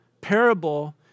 parable